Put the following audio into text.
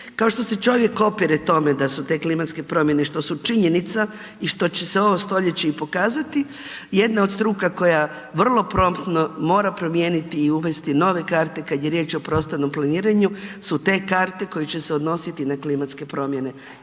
kao što se čovjek opire tome da su te klimatske promjene što su činjenica i što će se ovo stoljeće i pokazati, jedna od struka koja vrlo promptno mora promijeniti i uvesti nove karte kad je riječ o prostornom planiranju su te karte koje će se odnositi na te klimatske promjene,